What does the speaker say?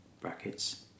brackets